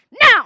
now